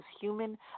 human